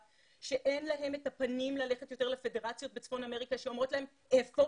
אין להם את הפנים ללכת יותר לפדרציות בצפון אמריקה שאומרות להן: איפה